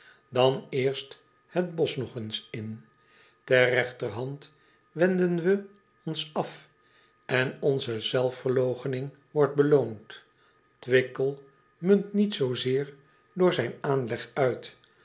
an eerst het bosch nog eens in er regterhand wenden we ons af en onze zelfverloochening wordt beloond wickel munt niet zoozeer door zijn aanleg uit